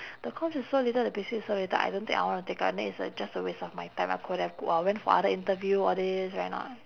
the comms is so little and the basic is so little I don't think I want to take up and then it's a just a waste of my time I could have go uh went for other interview all this right or not